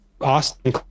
Austin